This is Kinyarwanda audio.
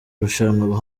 irushanwa